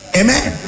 amen